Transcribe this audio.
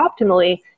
optimally